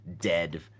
dead